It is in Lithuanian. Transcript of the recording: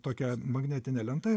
tokia magnetinė lenta